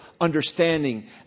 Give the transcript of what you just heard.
understanding